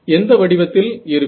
எந்த வடிவத்தில் இருக்கும்